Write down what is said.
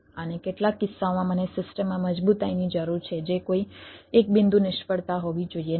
અને કેટલાક કિસ્સાઓમાં મને સિસ્ટમમાં મજબૂતાઈની જરૂર છે જે કોઈ એક બિંદુ નિષ્ફળતા હોવી જોઈએ નહીં